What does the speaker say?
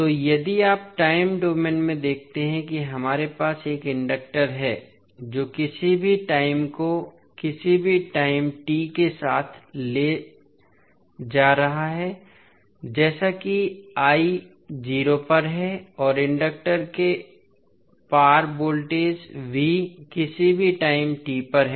तो यदि आप टाइम डोमेन में देखते हैं कि हमारे पास एक इंडक्टर है जो किसी भी टाइम को किसी भी टाइम t के साथ ले जा रहा है जैसा कि i 0 पर है और इंडक्टर के पार वोल्टेज v किसी भी टाइम t पर है